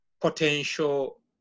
potential